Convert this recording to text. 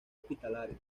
hospitalario